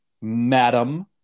Madam